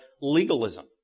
legalism